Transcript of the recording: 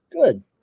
Good